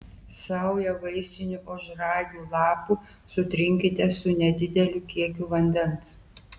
saują vaistinių ožragių lapų sutrinkite su nedideliu kiekiu vandens